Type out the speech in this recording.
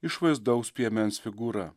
išvaizdaus piemens figūra